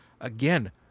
again